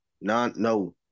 No